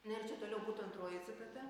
na ir čia toliau būtų antroji citata